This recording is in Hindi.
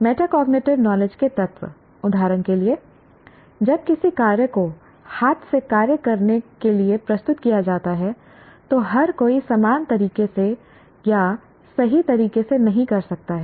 मेटाकोग्निटिव नॉलेज के तत्व उदाहरण के लिए जब किसी कार्य को हाथ से कार्य करने के लिए प्रस्तुत किया जाता है तो हर कोई समान तरीके से या सही तरीके से नहीं कर सकता है